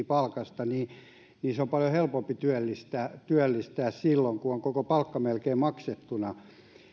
palkasta se on paljon helpompi työllistää työllistää silloin kun on melkein koko palkka maksettuna